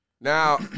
Now